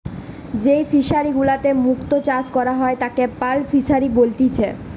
যেই ফিশারি গুলাতে মুক্ত চাষ করা হয় তাকে পার্ল ফিসারী বলেতিচ্ছে